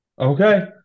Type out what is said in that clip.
Okay